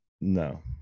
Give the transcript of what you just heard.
No